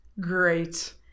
Great